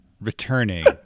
returning